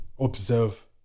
Observe